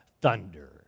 thunder